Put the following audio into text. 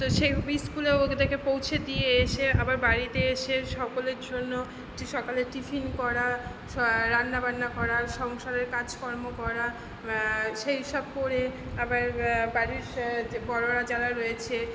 তো সেই স্কুলে ওদেরকে পৌঁছে দিয়ে এসে আবার বাড়িতে এসে সকলের জন্য সকালের টিফিন করা রান্না বান্না করা সংসারের কাজকর্ম করা সেই সব করে আবার বাড়ির যে বড়োরা যারা রয়েছে